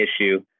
issue